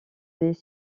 des